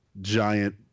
giant